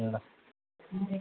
ल